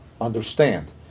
understand